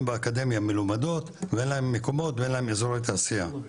באקדמיה מלומדות ואין להם מקומות ואין להם אזורי תעשייה,